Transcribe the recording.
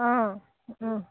অঁ অঁ